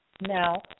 now